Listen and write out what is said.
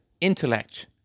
intellect